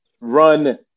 run